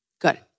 Good